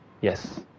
yes